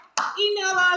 Email